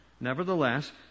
Nevertheless